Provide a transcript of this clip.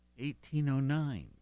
1809